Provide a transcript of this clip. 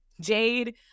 Jade